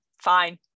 fine